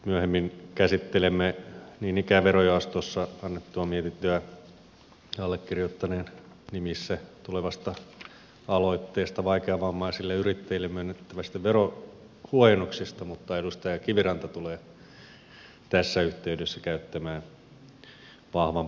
myöhemmin käsittelemme niin ikään verojaostossa annettua mietintöä allekirjoittaneen nimissä tulevasta aloitteesta vaikeavammaisille yrittäjille myönnettävistä verohuojennuksista mutta edustaja kiviranta tulee tässä yhteydessä käyttämään vahvan puheenvuoron